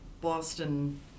Boston